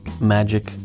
magic